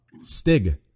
Stig